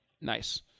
Nice